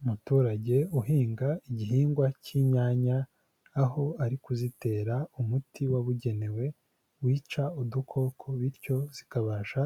Umuturage uhinga igihingwa cy'inyanya, aho ari kuzitera umuti wabugenewe wica udukoko bityo zikabasha